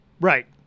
Right